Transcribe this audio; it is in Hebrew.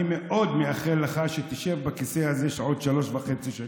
אני מאוד מאחל לך שתשב בכיסא הזה בעוד שלוש שנים וחצי.